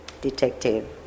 detective